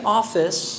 office